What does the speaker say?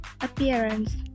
appearance